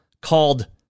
called